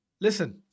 Listen